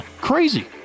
crazy